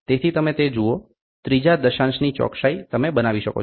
તેથી તમે તે જુઓ ત્રીજા દશાંશની ચોકસાઈ તમે બનાવી શકો છો